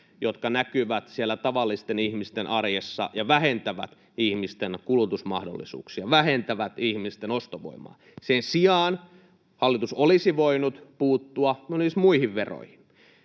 jotka näkyvät siellä tavallisten ihmisten arjessa ja vähentävät ihmisten kulutusmahdollisuuksia, vähentävät ihmisten ostovoimaa. Sen sijaan hallitus olisi voinut puuttua muihin veroihin.